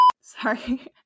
Sorry